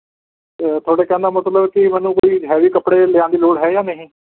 ਅਤੇ ਤੁਹਾਡੇ ਕਹਿਣ ਦਾ ਮਤਲਬ ਕਿ ਮੈਨੂੰ ਕੋਈ ਹੈਵੀ ਕੱਪੜੇ ਲਿਆਉਣ ਦੀ ਲੋੜ ਹੈ ਜਾਂ ਨਹੀਂ